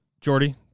Jordy